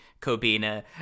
Kobina